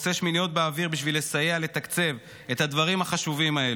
ועושה שמיניות באוויר בשביל לסייע לתקצב את הדברים החשובים האלו.